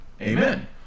Amen